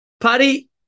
Paddy